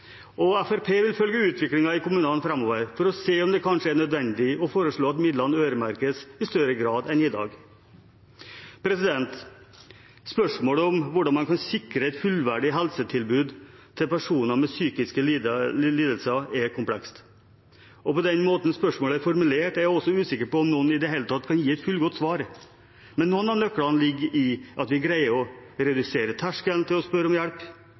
vil følge utviklingen i kommunene framover for å se om det kanskje er nødvendig å foreslå at midlene øremerkes i større grad enn i dag. Spørsmålet om hvordan man kan sikre et fullverdig helsetilbud til personer med psykiske lidelser, er komplekst, og slik spørsmålet er formulert, er jeg også usikker på om noen i det hele tatt kan gi et fullgodt svar. Men noen av nøklene ligger i at vi greier å senke terskelen for å spørre om hjelp,